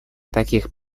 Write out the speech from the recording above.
таких